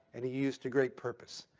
and he used to great purpose.